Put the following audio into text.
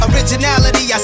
Originality